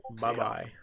Bye-bye